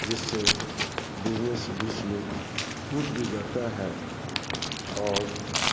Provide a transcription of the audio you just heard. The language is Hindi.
जिससे बिजनेस बीच में टूट भी जाता है और